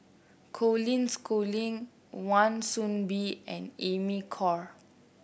Colin Schooling Wan Soon Bee and Amy Khor